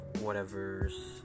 whatever's